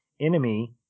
enemy